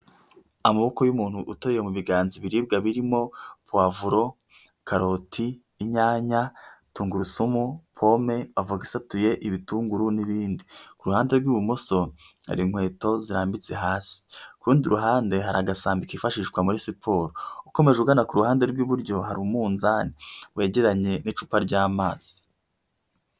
Amaboko y'umuntu uteruoye mu biganza ibiribwa birimo; pavuro, karoti, inyanya tungurusumu, pome, avoka isatuye, ibitunguru n'ibindi, ku ruhande rw'ibumoso hari inkweto zirambitse hasi ku rundi ruhande hari agasambi kifashishwa muri siporo ukomeje ugana ku ruhande rw'iburyo hari umunzani wegeranye n'icupa ry'amazi.